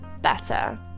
better